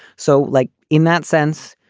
so like in that sense,